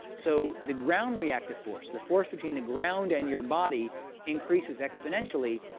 so the ground reactive force the force between the ground and your body increases exponentially,